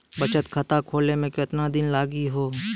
बचत खाता खोले मे केतना दिन लागि हो?